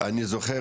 אני זוכר